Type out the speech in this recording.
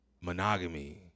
monogamy